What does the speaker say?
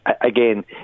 again